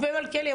ומלכיאלי,